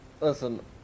Listen